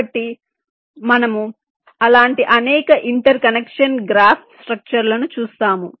కాబట్టి మనము అలాంటి అనేక ఇంటర్ కనెక్షన్ గ్రాఫ్ స్ట్రక్చర్ లను చూస్తాము